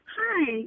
Hi